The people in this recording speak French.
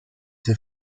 ses